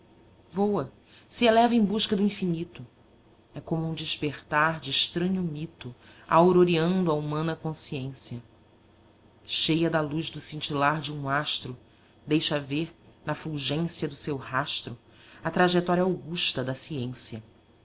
voa se eleva em busca do infinito é como um despertar de estranho mito auroreando a humana consciência cheia da luz do cintilar de um astro deixa ver na fulgência do seu rastro a trajetória augusta da ciência